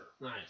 Nice